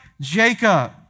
Jacob